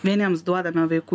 vieniems duodame vaikų